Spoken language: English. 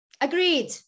Agreed